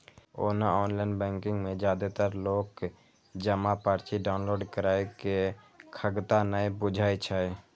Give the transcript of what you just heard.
ओना online banking मे जादेतर लोक जमा पर्ची डॉउनलोड करै के खगता नै बुझै छै